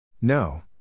No